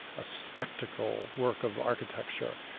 a spectacle work of architecture.